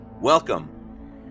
welcome